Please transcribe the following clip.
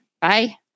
Bye